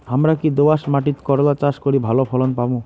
হামরা কি দোয়াস মাতিট করলা চাষ করি ভালো ফলন পামু?